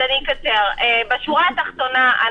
בשורה התחתונה,